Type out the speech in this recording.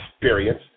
experience